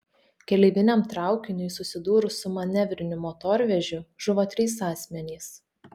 keleiviniam traukiniui susidūrus su manevriniu motorvežiu žuvo trys asmenys